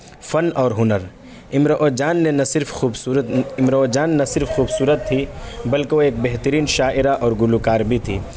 فن اور ہنر امراؤ جان نے نہ صرف خوبصورت امراؤ جان نہ صرف خوبصورت تھی بلکہ وہ ایک بہترین شاعرہ اور گلوکار بھی تھی